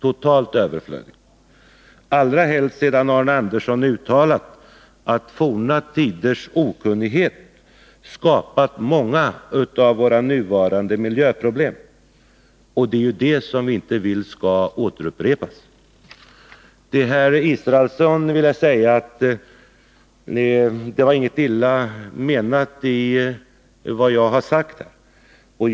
Det gäller allra helst sedan Arne Andersson uttalat att forna tiders okunnighet skapat många av våra nuvarande miljöproblem. Det är ju det som vi inte vill skall återupprepas. Till Per Israelsson vill jag säga att det inte var någon ond avsikt i det jag anförde.